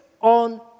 on